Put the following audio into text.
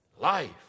life